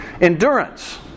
Endurance